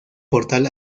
portal